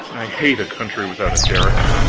i hate a country without a derrick.